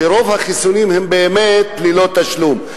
שרוב החיסונים הם באמת ללא תשלום.